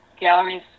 galleries